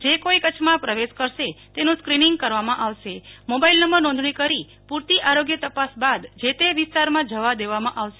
જે કોઈ કચ્છમાં પ્રવેશ કરશે તેનું ક્રીનિંગ કરવામાં આવશે મોબાઈલ નંબર નોંધણી કરી પૂરતી આરોગ્ય તપાસ બાદ જે તે વિસ્તારમાં જવા દેવામાં આવશે